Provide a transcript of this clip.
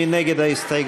מי נגד ההסתייגות?